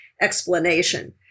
explanation